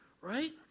right